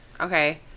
Okay